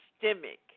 systemic